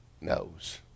knows